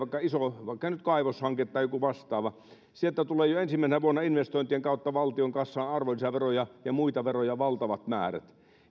vaikka nyt kaivoshanke tai joku vastaava sieltä tulee jo ensimmäisenä vuonna investointien kautta valtion kassaan arvonlisäveroja ja muita veroja valtavat määrät